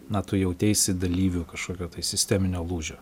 na tu jauteisi dalyviu kažkokio tai sisteminio lūžio